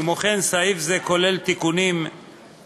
כמו כן, סעיף זה כולל תיקונים בסעיפים